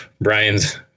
brian's